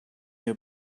your